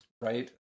right